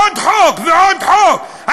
עוד חוק ועוד חוק,